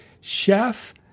Chef